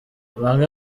bamwe